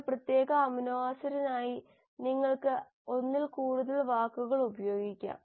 ഒരു പ്രത്യേക അമിനോ ആസിഡിനായി നിങ്ങൾക്ക് ഒന്നിൽ കൂടുതൽ വാക്കുകൾ ഉപയോഗിക്കാം